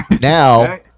now